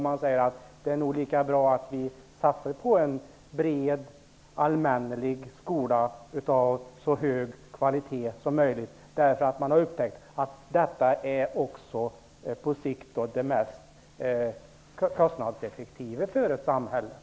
Man säger att det nog är lika bra att vi satsar på en bred, allmän skola av så hög kvalitet som möjligt, eftersom man har upptäckt att detta på sikt är mest kostnadseffektivt för samhället.